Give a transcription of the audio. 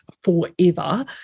forever